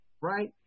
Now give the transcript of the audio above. right